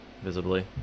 visibly